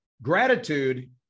Gratitude